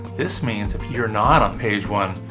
this means if you're not on page one,